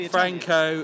Franco